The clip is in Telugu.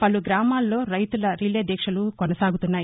పలు గ్రామాల్లో రైతుల రిలే దీక్షలు కొనసాగుతున్నాయి